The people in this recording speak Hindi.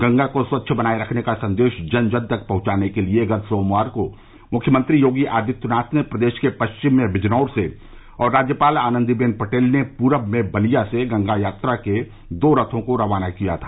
गंगा को स्वच्छ बनाये रखने का संदेश जन जन तक पहचाने के लिए गत सोमवार को मुख्यमंत्री योगी आदित्यनाथ ने प्रदेश के पश्चिम में बिजनौर से और राज्यपाल आनदीबेन पटेल ने पूरब में बलिया से गंगा यात्रा के दो रथों को रवाना किया था